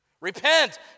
Repent